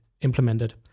implemented